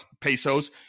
pesos